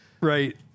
Right